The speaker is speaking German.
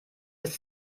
ist